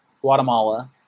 Guatemala